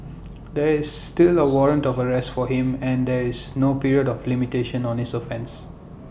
there is still A warrant of arrest for him and there is no period of limitation on his offence